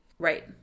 Right